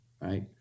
right